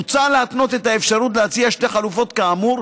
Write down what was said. מוצע להתנות את האפשרות להציע שתי חלופות כאמור